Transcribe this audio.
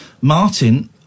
Martin